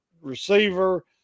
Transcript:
receiver